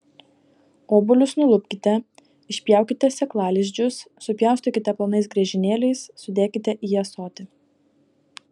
obuolius nulupkite išpjaukite sėklalizdžius supjaustykite plonais griežinėliais sudėkite į ąsotį